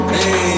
Hey